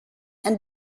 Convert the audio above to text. and